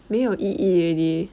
没有意义 already